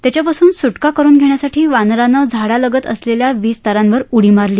त्याच्यापासून सुटका करुन घेण्यासाठी वानराने झाडालगत असलेल्या विज तारांवर उडी मारली